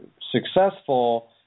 successful